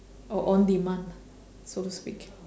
or on demand lah so to speak